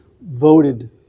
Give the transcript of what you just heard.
voted